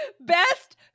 Best